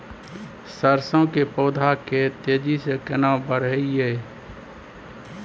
सरसो के पौधा के तेजी से केना बढईये?